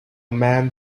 man